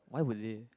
why was it